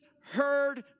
heard